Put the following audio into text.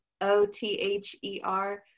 O-T-H-E-R